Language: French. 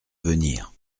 venir